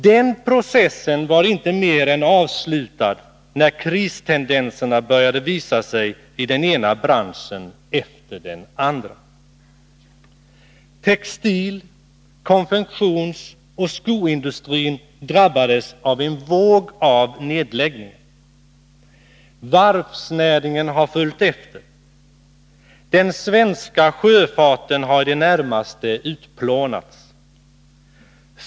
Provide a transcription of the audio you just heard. Den processen var inte mer än avslutad när kristendenserna började visa sig i den ena branschen efter den andra. Textil-, konfektionsoch skoindustrin drabbades av en våg av nedläggningar. Varvsnäringen har följt efter. Den svenska sjöfarten har i det närmaste utplånats.